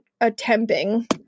attempting